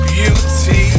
Beauty